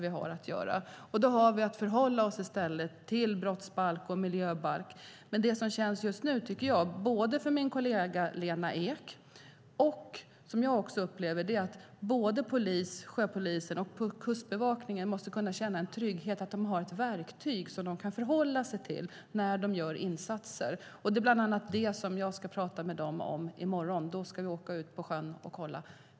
Då har vi i stället att förhålla oss till brottsbalken och miljöbalken. Både min kollega Lena Ek och jag upplever att såväl polisen och sjöpolisen som Kustbevakningen måste kunna känna trygghet och att de har ett verktyg de kan förhålla sig till när de gör insatser. Bland annat det ska jag prata med dem om i morgon, då vi ska åka ut på sjön och kolla.